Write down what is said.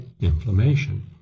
inflammation